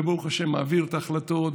וברוך השם מעביר את ההחלטות,